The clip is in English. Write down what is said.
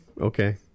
okay